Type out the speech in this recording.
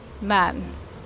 man